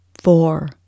four